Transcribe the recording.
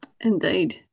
Indeed